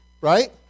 right